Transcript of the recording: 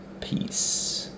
Peace